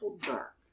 dark